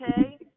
okay